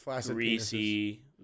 greasy